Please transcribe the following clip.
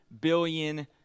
billion